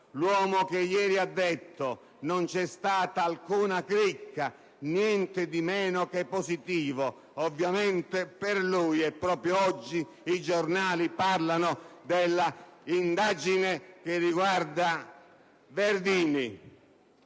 l'uomo che ieri ha detto: «Non c'è stata alcuna cricca, niente di meno che positivo». Ovviamente per lui. Proprio oggi i giornali parlano dell'indagine che riguarda Verdini.